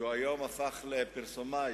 שאמר היושב-ראש,